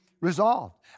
resolved